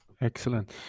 Excellent